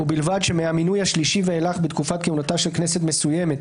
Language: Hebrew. ובלבד שמהמינוי השלישי ואילך בתקופת כהונתה של כנסת מסוימת,